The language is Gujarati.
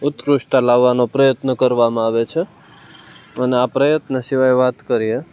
ઉતકૃષ્ટતા લાવવાનો પ્રયત્ન કરવામાં આવે છે અને આ પ્રયત્ન સિવાય વાત કરીએ